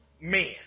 men